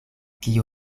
kio